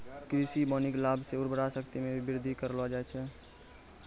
कृषि वानिकी लाभ से उर्वरा शक्ति मे भी बृद्धि करलो जाय छै